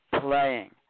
playing